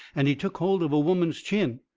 and he took hold of a woman's chin,